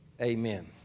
Amen